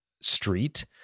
street